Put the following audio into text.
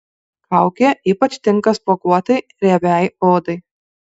kaukė ypač tinka spuoguotai riebiai odai